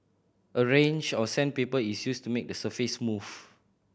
a range of sandpaper is used to make the surface smooth